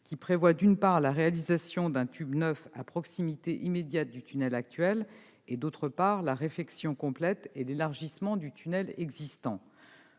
qui prévoit, d'une part, la réalisation d'un tube neuf à proximité immédiate du tunnel actuel et, d'autre part, la réfection complète et l'élargissement du tunnel existant.